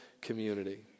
community